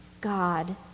God